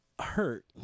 hurt